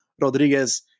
Rodriguez